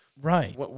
right